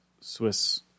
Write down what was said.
Swiss